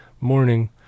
morning